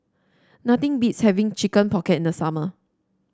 nothing beats having Chicken Pocket the summer